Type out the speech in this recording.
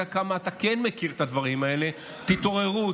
כמה אתה כן מכיר את הדברים האלה: תתעוררו,